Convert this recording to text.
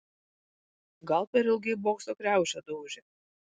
gal per ilgai bokso kriaušę daužė